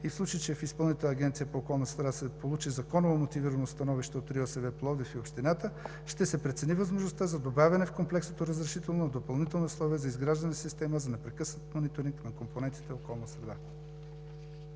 и в случай, че в Изпълнителната агенция по околна среда се получи законово мотивирано становище от РИОСВ – Пловдив, и Общината ще се прецени възможността за добавяне в комплексното разрешително допълнителни условия за изграждане на система за непрекъснат мониторинг на компонентите на околната среда.